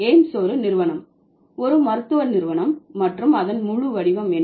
AIIMS ஒரு நிறுவனம் ஒரு மருத்துவ நிறுவனம் மற்றும் அதன் முழு வடிவம் என்ன